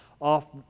off